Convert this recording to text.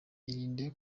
irinde